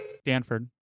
Stanford